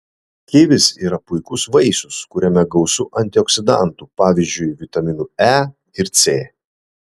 kivis yra puikus vaisius kuriame gausu antioksidantų pavyzdžiui vitaminų e ir c